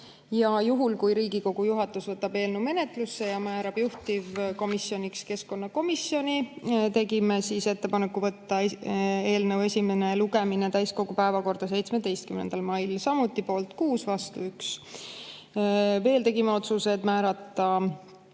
Juhuks, kui Riigikogu juhatus võtab eelnõu menetlusse ja määrab juhtivkomisjoniks keskkonnakomisjoni, tegime ettepaneku võtta eelnõu esimeseks lugemiseks täiskogu päevakorda 17. mail (samuti poolt 6, vastu 1). Veel tegime otsused määrata